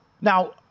Now